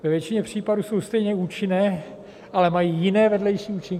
Ve většině případů jsou stejně účinné, ale mají jiné vedlejší účinky.